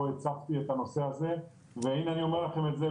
הצפתי את הנושא הזה והנה אני אומר לכם את זה,